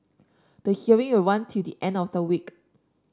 the hearing will run till the end of the week